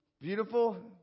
Beautiful